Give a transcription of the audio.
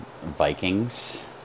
Vikings